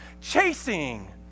Chasing